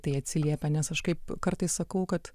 tai atsiliepia nes aš kaip kartais sakau kad